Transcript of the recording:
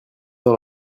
dans